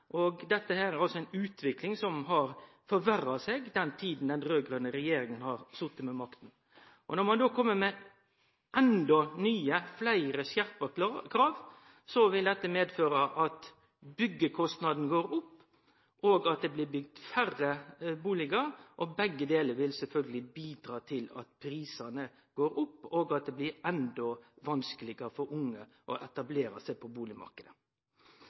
og dette er ei utvikling som har forverra seg den tida den raud-grøne regjeringa har sete med makta. Når ein kjem med endå fleire nye skjerpa krav, vil dette medføre at byggjekostnaden går opp, og at det blir bygd færre bustader. Begge delar vil sjølvsagt bidra til at prisane går opp, og at det blir endå vanskelegare for unge å etablere seg på